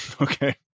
Okay